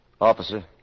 Officer